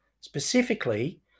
Specifically